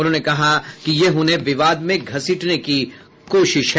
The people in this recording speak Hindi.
उन्होंने कहा कि यह उन्हें विवाद में घसीटने की कोशिश है